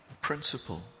principle